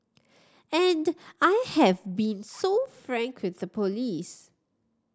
and I have been so frank with the police